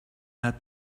had